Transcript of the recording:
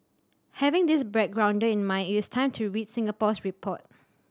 having this backgrounder in mind it's time to read Singapore's report